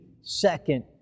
second